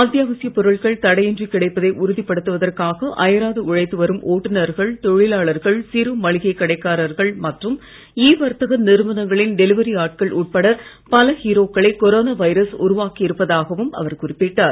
அத்தியாவசியப் பொருட்கள் தடையின்றி கிடைப்பதை உறுதிப்படுத்துவதற்காக அயராது உழைத்து வரும் ஓட்டுனர்கள் தொழிலாளர்கள் சிறு மளிகை கடைக்காரர்கள் மற்றும் இ வர்த்தக நிறுவனங்களின் டெலிவரி ஆட்கள் உட்பட பல ஹீரோக்களை கொரோனா வைரஸ் உருவாக்கி இருப்பதாகவும் அவர் குறிப்பிட்டார்